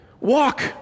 Walk